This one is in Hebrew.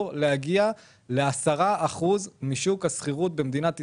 להגיע ל-10% משוק השכירות במדינת ישראל,